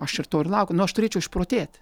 aš ir to ir laukiu nu aš turėčiau išprotėt